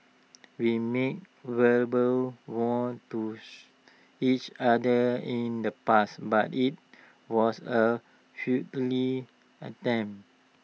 we made verbal vows to each other in the past but IT was A attempt